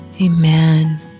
Amen